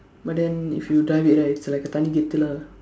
but then if you drive it right it's like a தனி கெத்து:thani keththu lah